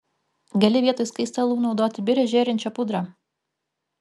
gali vietoj skaistalų naudoti birią žėrinčią pudrą